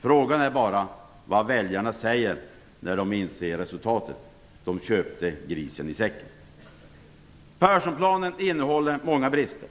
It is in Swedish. Frågan är bara vad väljarna säger när de inser resultatet, dvs. att de har köpt grisen i säcken. Perssonplanen innehåller många brister.